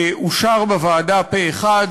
אושר בוועדה פה-אחד,